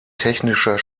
technischer